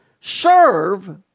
serve